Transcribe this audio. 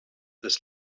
das